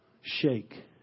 shake